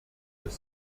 des